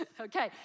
okay